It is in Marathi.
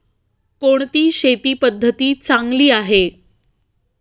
कोणती शेती पद्धती चांगली आहे?